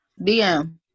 DM